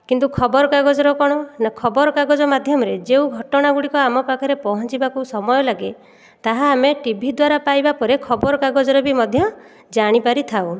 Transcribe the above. କିନ୍ତୁ ଖବରକାଗଜର କ'ଣ ନା ଖବରକାଗଜ ମାଧ୍ୟମରେ ଯେଉଁ ଘଟଣା ଗୁଡ଼ିକ ଆମ ପାଖରେ ପହଞ୍ଚିବାକୁ ସମୟ ଲାଗେ ତାହା ଆମେ ଟିଭି ଦ୍ୱାରା ପାଇବା ପରେ ଖବରକାଗଜରେ ବି ମଧ୍ୟ ଜାଣିପାରିଥାଉ